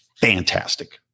fantastic